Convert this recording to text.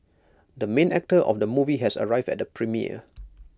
the main actor of the movie has arrived at the premiere